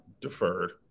deferred